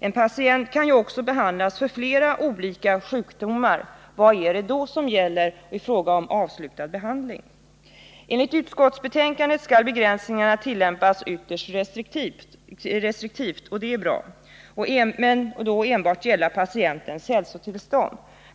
En patient kan ju också behandlas för flera olika sjukdomar. Vad är det då som gäller i fråga om avslutad behandling? Enligt utskottsbetänkandet skall begränsningarna tillämpas ytterst restriktivt — och det är bra — samt enbart gälla patientens hälsotillstånd.